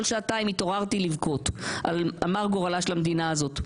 כל שעתיים התעוררתי לבכות על מר גורלה של המדינה הזאת.